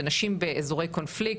ונשים באזורי קונפליקט,